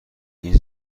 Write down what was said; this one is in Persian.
این